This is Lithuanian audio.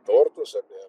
tortus apie